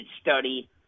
study